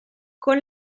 con